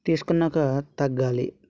తీసుకున్నాక తగ్గాలి